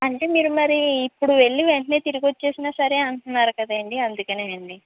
అంటే మీరు మరి ఇప్పుడు వెళ్ళి వెంటనే తిరిగొచ్చేసిన సరే అంటున్నారు కదా అండి అందుకనే అండి